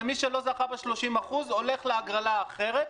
ומי שלא זכה ב-30% הולך להגרלה אחרת,